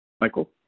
Michael